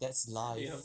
that's life